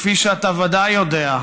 כפי שאתה ודאי יודע,